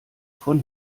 von